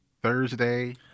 Thursday